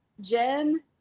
Jen